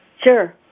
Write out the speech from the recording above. Sure